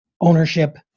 ownership